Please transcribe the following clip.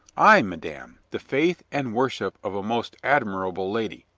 ay, madame, the faith and worship of a most admirable lady,